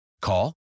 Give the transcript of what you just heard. Call